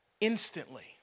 Instantly